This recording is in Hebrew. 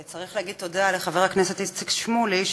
וצריך להגיד תודה לחבר הכנסת איציק שמולי,